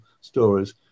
stories